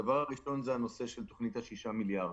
הדבר הראשון זה הנושא של תוכנית ה-6 מיליארד.